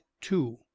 Two